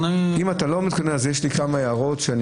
אם אתה לא מתכונן, אז יש לי כמה הערות בעניין הזה.